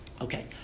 Okay